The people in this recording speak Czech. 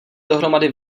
dohromady